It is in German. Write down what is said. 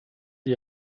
sie